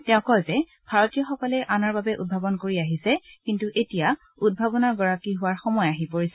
তেওঁ কয় যে ভাৰতীয়সকলে আনৰ বাবে উদ্ভাৱন কৰি আহিছে কিন্তু এতিয়া উদ্ভাৱনৰ গৰাকী হোৱাৰ সময় আহি পৰিছে